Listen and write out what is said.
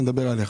אני מדבר אליך,